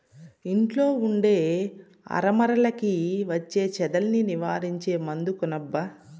ఇంట్లో ఉండే అరమరలకి వచ్చే చెదల్ని నివారించే మందు కొనబ్బా